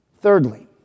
Thirdly